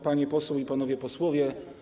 Pani Poseł i Panowie Posłowie!